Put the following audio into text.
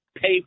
pay